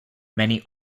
many